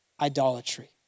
idolatry